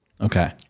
Okay